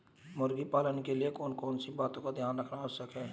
मुर्गी पालन के लिए कौन कौन सी बातों का ध्यान रखना आवश्यक है?